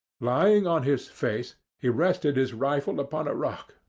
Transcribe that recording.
lying on his face, he rested his rifle upon a rock,